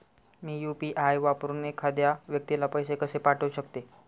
मी UPI वापरून एखाद्या व्यक्तीला पैसे कसे पाठवू शकते?